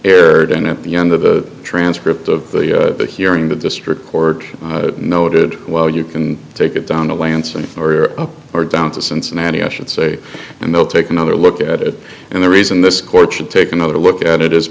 rred and at the end of the transcript of the hearing the district court noted well you can take it down to lansing or up or down to cincinnati i should say and they'll take another look at it and the reason this court should take another look at it is